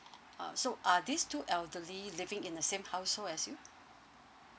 uh so are these two elderly living in the same household as you